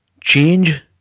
Change